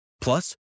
Plus